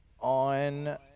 on